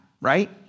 right